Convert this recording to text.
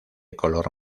color